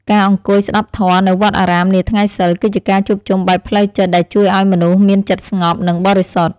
ការអង្គុយស្ដាប់ធម៌នៅវត្តអារាមនាថ្ងៃសីល គឺជាការជួបជុំបែបផ្លូវចិត្តដែលជួយឱ្យមនុស្សមានចិត្តស្ងប់និងបរិសុទ្ធ។